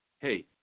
Hey